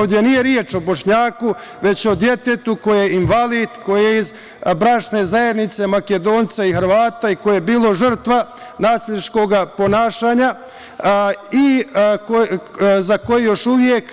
Ovde nije reč o Bošnjaku, već o detetu koji je invalid, koji je iz bračne zajednice Makedonca i Hrvata, i koje je bilo žrtva nasilničkog ponašanja za koji još uvek